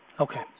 Okay